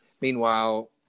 meanwhile